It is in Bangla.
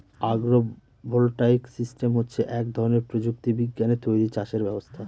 আগ্র ভোল্টাইক সিস্টেম হচ্ছে এক ধরনের প্রযুক্তি বিজ্ঞানে তৈরী চাষের ব্যবস্থা